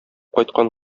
кайткан